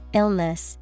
illness